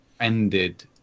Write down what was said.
ended